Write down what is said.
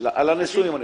על הנשואים אני מדבר.